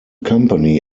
company